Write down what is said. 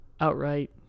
outright